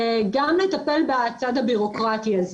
גם לטפל בצד הבירוקרטי הזה